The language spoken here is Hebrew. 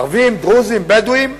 ערבים, דרוזים, בדואים,